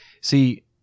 See